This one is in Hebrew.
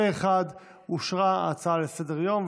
פה אחד אושרה ההצעה לסדר-היום,